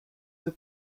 were